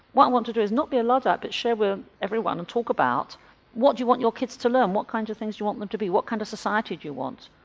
want want to do is not be a luddite but share with everyone and talk about what you want your kids to learn, what kinds of things you want them to be, what sort kind of society do you want,